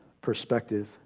perspective